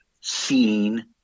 seen